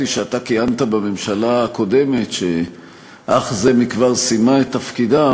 שאתה כיהנת בממשלה הקודמת שאך זה מכבר סיימה את תפקידה,